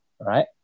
Right